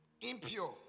impure